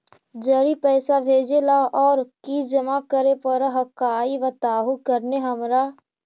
जड़ी पैसा भेजे ला और की जमा करे पर हक्काई बताहु करने हमारा?